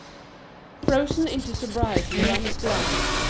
frozen into sobriety by his glance.